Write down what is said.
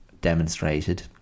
demonstrated